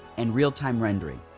and real-time rendering.